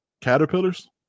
caterpillars